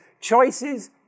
choices